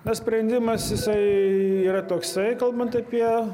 na sprendimas jisai yra toksai kalbant apie